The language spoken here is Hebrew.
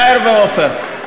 יאיר ועפר,